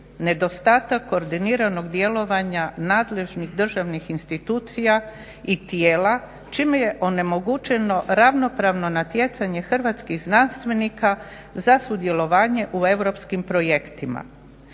nedostatak koordiniranog djelovanja nadležnih državnih institucija i tijela čime je onemogućeno ravnopravno natjecanje hrvatskih znanstvenika za sudjelovanje u europskim projektima.